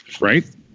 right